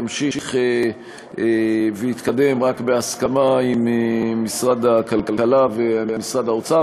ימשיך ויתקדם רק בהסכמה עם משרד הכלכלה ומשרד האוצר,